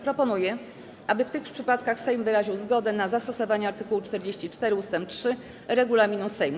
Proponuję, aby w tych przypadkach Sejm wyraził zgodę na zastosowanie art. 44 ust. 3 regulaminu Sejmu.